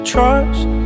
Trust